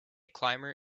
climber